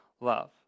love